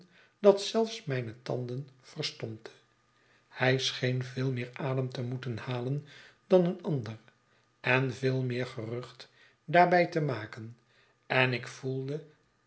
dat zelfs mijne tanden verstompte hij scheen veel meer adem te moeten halen dan een ander en veel meer gerucht daarbij te maken en ik voelde